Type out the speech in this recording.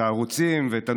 וחוק הביטוח הלאומי מ-1953,